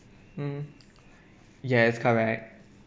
mm yes correct